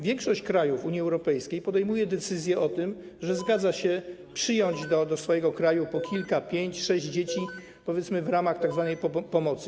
Większość krajów Unii Europejskiej podejmuje decyzję o tym, że zgadza się przyjąć do swojego kraju po kilkoro, pięcioro, sześcioro, dzieci, powiedzmy, w ramach tzw. pomocy.